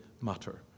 matter